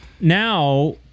now